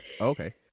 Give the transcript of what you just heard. Okay